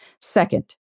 Second